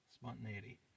Spontaneity